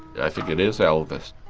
i think it is elvis.